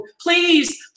please